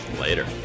Later